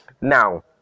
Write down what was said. now